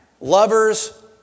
Lovers